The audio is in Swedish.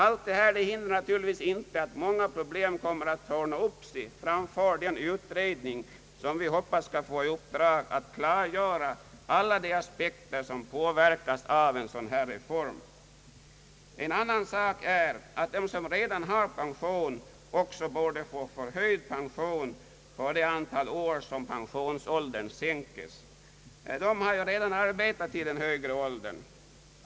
Allt detta utesluter naturligtvis inte att många problem kommer att torna upp sig framför den utredning som vi hoppas skall få i uppdrag att klargöra alla de aspekter vilka påverkas av en dylik reform. En annan sak är att de som redan har pension också borde få förhöjd pension för det antal år med vilket pensionsåldern sänks de har ju redan arbetat till en högre ålder.